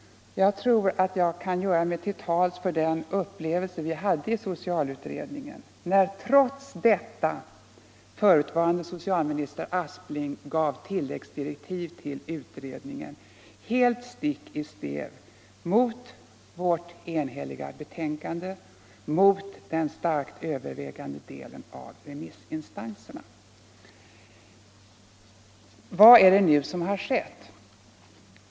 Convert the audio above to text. Jag tror att jag i det sammanhanget kan ge uttryck åt den upplevelse vi hade i socialutredningen när förutvarande socialministern Aspling trots allt gav tilläggsdirektiv till utredningen, helt stick i stäv mot vårt enhälliga betänkande, mot den starkt övervägande delen av remissinstanserna. Vad är det nu som har skett?